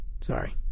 Sorry